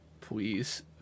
Please